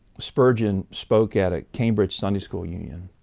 spurgeon spoke at a cambridge sunday school union.